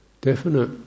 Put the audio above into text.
definite